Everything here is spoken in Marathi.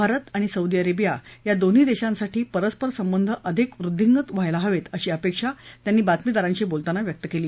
भारत आणि सौदी अरेबिया या दोन्ही देशांसाठी परस्पर संबंध अधिक वृद्धींगत व्हायला हवेत अशी अपेक्षा सौदी युवरांजांनी बातमीदारांशी बोलताना व्यक्त केली